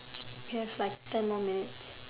we have like ten more minutes